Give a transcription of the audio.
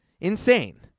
Insane